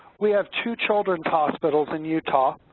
we have two children's hospitals in utah,